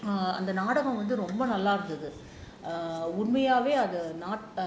அந்த நாடகம் வந்து ரொம்ப நல்லா இருந்துது உண்மையாவே அது:antha naadagam vanthu romba nallaa irunthuthu unmaiyaavae athu